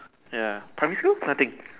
ya primary school nothing